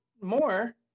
more